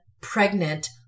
pregnant